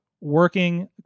working